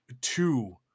two